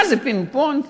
מה זה, פינג-פונג?